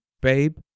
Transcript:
babe